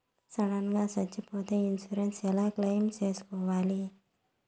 Sudden గా సచ్చిపోతే insurance ఎలా క్లెయిమ్ సేసుకోవాలి?